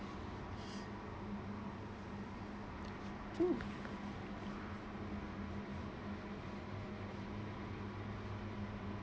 mm